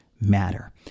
matter